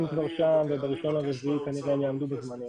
כבר שם וב-1.4 כנראה הם יעמדו בזמנים.